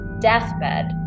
deathbed